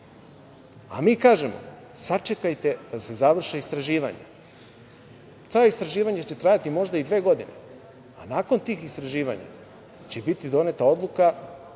kažemo sačekajte da se završe istraživanja. Ta istraživanja će trajati možda dve godine, ali nakon tih istraživanja će biti doneta odluka,